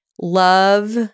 Love